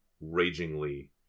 ragingly